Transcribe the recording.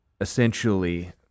essentially